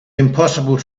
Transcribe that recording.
impossible